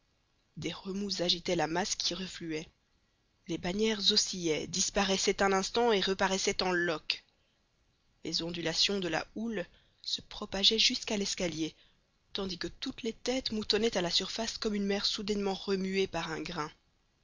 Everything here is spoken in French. des remous agitaient la masse qui refluait les bannières oscillaient disparaissaient un instant et reparaissaient en loques les ondulations de la houle se propageaient jusqu'à l'escalier tandis que toutes les têtes moutonnaient à la surface comme une mer soudainement remuée par un grain